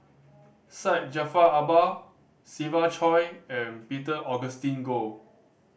Syed Jaafar Albar Siva Choy and Peter Augustine Goh